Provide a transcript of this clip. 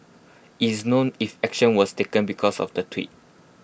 IT is known if action was taken because of the tweet